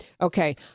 Okay